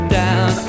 down